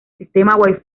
sistema